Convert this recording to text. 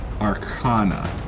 arcana